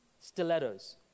stilettos